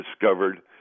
discovered